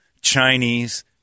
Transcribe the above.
Chinese